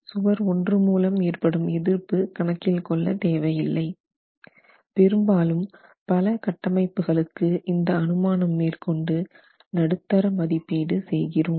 சுவர் 1 மூலம் ஏற்படும் எதிர்ப்பு கணக்கில் கொள்ள தேவை இல்லை பெரும்பாலும் பல கட்டமைப்புகளுக்கு இந்த அனுமானம் மேற்கொண்டு நடுத்தர மதிப்பீடு செய்கிறோம்